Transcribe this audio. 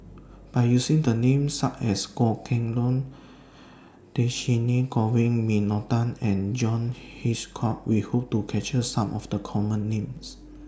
By using The Names such as Goh Kheng Long Dhershini Govin Winodan and John Hitchcock We Hope to capture Some of The Common Names